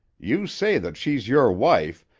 you say that she's your wife,